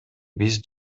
биз